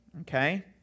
Okay